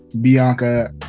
Bianca